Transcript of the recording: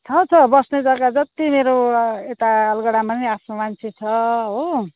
छ छ बस्ने जग्गा जति मेरो यता अलगढामा पनि आफ्नो मान्छे छ हो